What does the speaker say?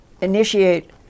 initiate